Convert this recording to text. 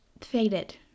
faded